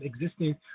existing